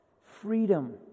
Freedom